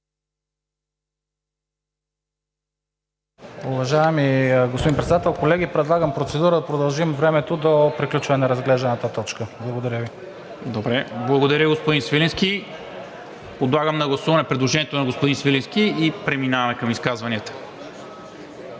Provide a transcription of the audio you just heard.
Уважаеми господин Председател, колеги! Предлагам процедура да продължим времето до приключване на разглежданата точка. Благодаря Ви. ПРЕДСЕДАТЕЛ НИКОЛА МИНЧЕВ: Благодаря, господин Свиленски. Подлагам на гласуване предложението на господин Свиленски и преминаваме към изказванията.